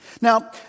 Now